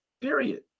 Period